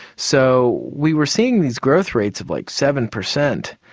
so we were seeing these growth rates of, like, seven per cent,